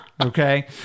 Okay